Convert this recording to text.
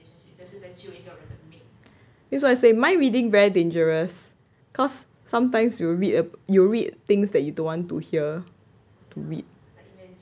that is what I say my reading very dangerous cause sometimes you will read ah you read things that you don't want to hear to read